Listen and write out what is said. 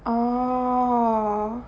oh